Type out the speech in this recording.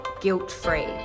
guilt-free